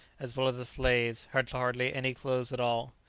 as well as the slaves, had hardly any clothes at all.